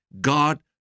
God